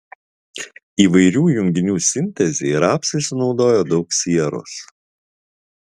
įvairių junginių sintezei rapsai sunaudoja daug sieros